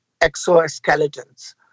exoskeletons